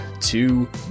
two